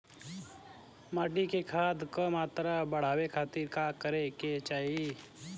माटी में खाद क मात्रा बढ़ावे खातिर का करे के चाहीं?